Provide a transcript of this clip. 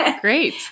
Great